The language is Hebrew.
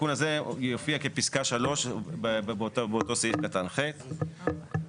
התיקון הזה יופיע כפסקה (3) באותו סעיף קטן (ח).